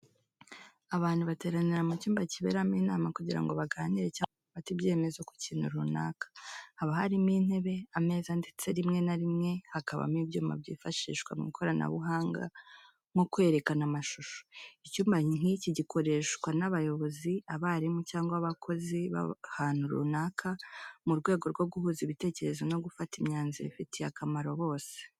Abantu bateranira mu cyumba kiberamo inama kugira ngo baganire cyangwa bafate ibyemezo ku bintu runaka. Haba harimo intebe, ameza ndetse rimwe na rimwe hakabamo ibyuma byifashishwa mu ikoranabuhanga nko kwerekana amashusho. Icyumba nk'iki gikoreshwa n'abayobozi, abarimu cyangwa abakozi b'ahantu runaka mu rwego rwo guhuza ibitekerezo no gufata imyanzuro ifitiye akamaro bose.